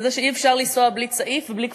שאי-אפשר לנסוע בלי צעיף ובלי כפפות,